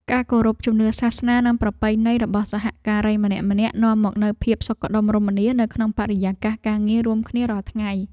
ការគោរពជំនឿសាសនានិងប្រពៃណីរបស់សហការីម្នាក់ៗនាំមកនូវភាពសុខដុមរមនានៅក្នុងបរិយាកាសការងាររួមគ្នារាល់ថ្ងៃ។